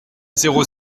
zéro